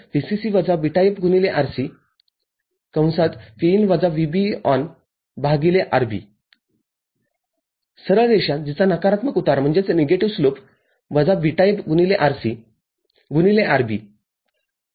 Vout VCC βFRCVin - VBERB सरळ रेषा जिचा नकारात्मक उतारवजा βFRC गुणिले RB ते ठीक आहे